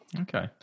Okay